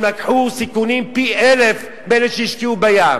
הם לקחו סיכונים פי-אלף מאלה שהשקיעו בים.